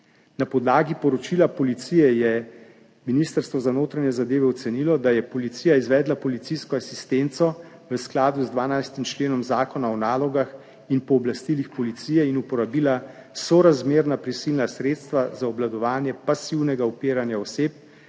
Na podlagi poročila Policije je Ministrstvo za notranje zadeve ocenilo, da je Policija izvedla policijsko asistenco v skladu z 12. členom Zakona o nalogah in pooblastilih policije in uporabila sorazmerna prisilna sredstva za obvladovanje pasivnega upiranja oseb